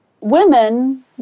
women